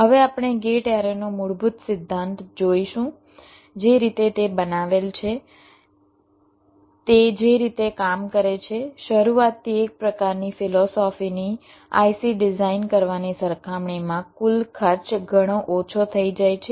હવે આપણે ગેટ એરેનો મૂળભૂત સિદ્ધાંત જોઈશું જે રીતે તે બનાવેલ છે તે જે રીતે કામ કરે છે શરૂઆતથી એક પ્રકારની ફિલોસોફી ની IC ડિઝાઇન કરવાની સરખામણીમાં કુલ ખર્ચ ઘણો ઓછો થઈ જાય છે